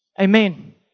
Amen